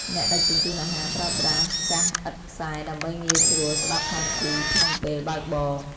អ្នកដឹកជញ្ជូនអាហារប្រើប្រាស់កាសឥតខ្សែ ដើម្បីងាយស្រួលស្ដាប់ផែនទីក្នុងពេលបើកបរ។